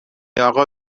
اقا